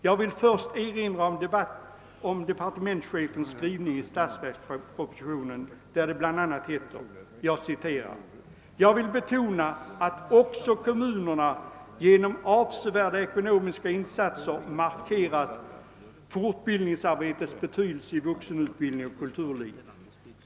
Jag erinrar då om departementschefens skrivning i statsverkspropositionen, där det bl.a. står: »Jag vill betona att också kommunerna genom avsevärda ekonomiska insatser markerar = fortbildningsarbetets betydelse i vuxenutbildning och kulturliv.